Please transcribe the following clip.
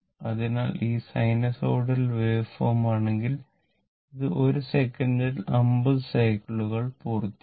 അതിനാൽ ഇത് sinusoidal waveform ആണെങ്കിൽ അത് 1 സെക്കൻഡിൽ 50 സൈക്കിളുകൾ പൂർത്തിയാക്കും